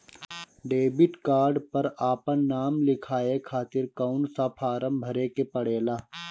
Debit card पर आपन नाम लिखाये खातिर कौन सा फारम भरे के पड़ेला?